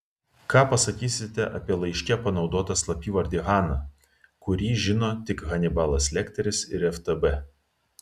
ką pasakysite apie laiške panaudotą slapyvardį hana kurį žino tik hanibalas lekteris ir ftb